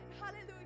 hallelujah